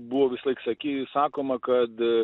buvo visąlaik saki sakoma kad